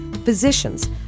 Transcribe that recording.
Physicians